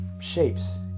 shapes